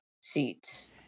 seats